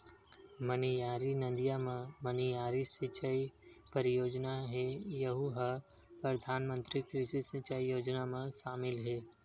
मनियारी नदिया म मनियारी सिचई परियोजना हे यहूँ ह परधानमंतरी कृषि सिंचई योजना म सामिल हे